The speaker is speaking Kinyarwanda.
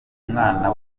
mwana